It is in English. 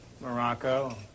Morocco